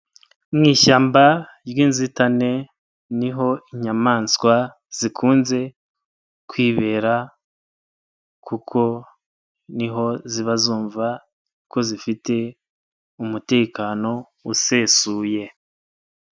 Mu ishyamba ry'inzitane niho inyamaswa zikunze kwibera kuko niho ziba zumva ko zifite umutekano usesuye.